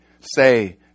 say